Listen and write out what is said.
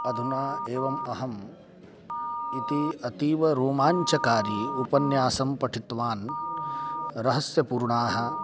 अधुना एवम् अहम् इति अतीवरोमाञ्चकारी उपन्यासं पठितवान् रहस्यपूर्णाः